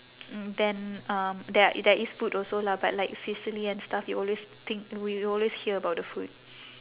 mm then um there there is food also lah but like sicily and stuff you always think we always hear about the food